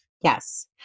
Yes